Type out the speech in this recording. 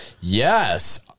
Yes